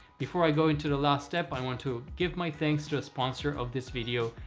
before i go into the last step i want to give my thanks to a sponsor of this video,